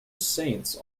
saints